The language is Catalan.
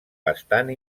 bastant